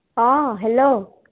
অঁ হেল্ল'